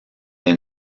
est